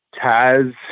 Taz